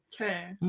Okay